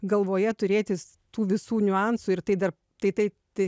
galvoje turėtis tų visų niuansų ir tai dar tai taip tai